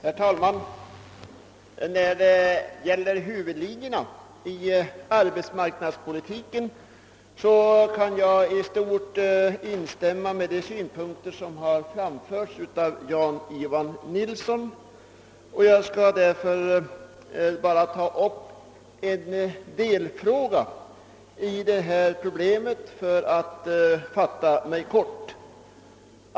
Herr talman! När det gäller huvudlinjerna i arbetsmarknadspolitiken kan jag i stort sett instämma i de synpunkter, som har framförts av herr Nilsson i Tvärålund. Jag skall därför fatta mig kort och bara ta upp en delfråga inom detta problem.